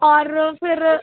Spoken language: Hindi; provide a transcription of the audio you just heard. और फिर